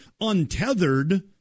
untethered